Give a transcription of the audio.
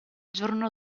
giorno